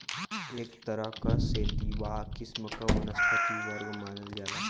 एक तरह क सेतिवा किस्म क वनस्पति वर्ग मानल जाला